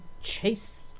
chase